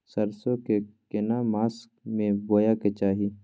सरसो के केना मास में बोय के चाही?